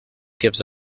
gives